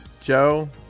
joe